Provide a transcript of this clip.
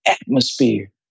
atmosphere